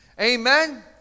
Amen